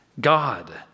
God